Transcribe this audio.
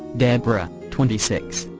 debra, twenty six,